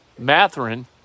Matherin